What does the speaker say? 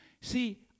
See